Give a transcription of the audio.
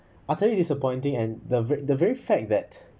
utterly disappointing and the the very fact that